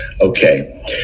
Okay